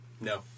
no